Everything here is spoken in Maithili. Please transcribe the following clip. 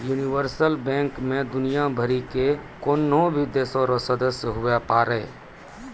यूनिवर्सल बैंक मे दुनियाँ भरि के कोन्हो भी देश रो सदस्य हुवै पारै